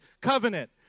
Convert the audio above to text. covenant